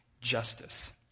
justice